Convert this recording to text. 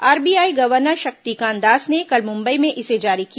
RBI governor Shaktikanta Das ने कल मुम्बई में इसे जारी किया